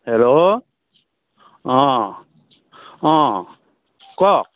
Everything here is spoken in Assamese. হেল্ল' অঁ অঁ কওক